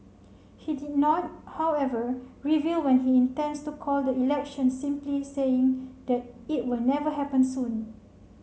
he did not however reveal when he intends to call the election simply saying that it will never happen soon